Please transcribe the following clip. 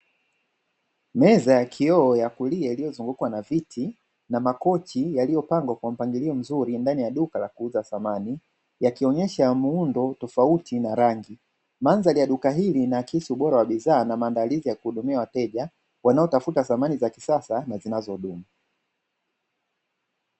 Meza ya kioo ya kulia iliyozungukwa na viti na makochi yaliyopangwa kwa mpangilio mzuri ndani ya duka la kuuza samani, yakionyesha muundo tofauti na rangi, mandhari ya duka hili inaakisi ubora wa bidhaa na maandalizi ya kuhudumia wateja wanaotafuta samani za kisasa na zinazodumu.